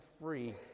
free